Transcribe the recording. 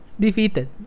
defeated